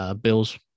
Bills